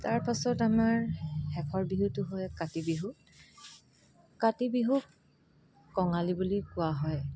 তাৰপিছত আমাৰ শেষৰ বিহুটো হয় কাতি বিহু কাতি বিহুক কঙালী বিহু বুলি কোৱা হয়